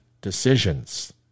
decisions